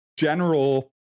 General